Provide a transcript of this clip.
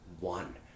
One